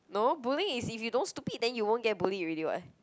no bullying is if you don't stupid then you won't get bullied already [what]